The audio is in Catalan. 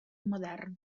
modern